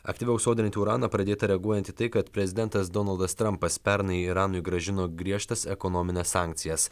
aktyviau sodrinti uraną pradėta reaguojant į tai kad prezidentas donaldas trampas pernai iranui grąžino griežtas ekonomines sankcijas